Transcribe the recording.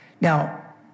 Now